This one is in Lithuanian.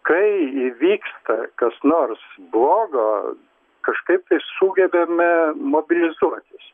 kai įvyksta kas nors blogo kažkaip tai sugebame mobilizuotis